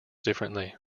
differently